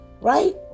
Right